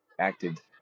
acted